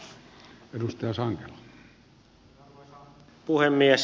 arvoisa puhemies